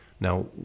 Now